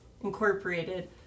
Incorporated